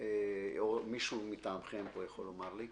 או מישהו מטעמכם פה יכול לומר לי.